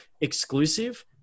exclusive